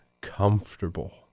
comfortable